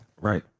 Right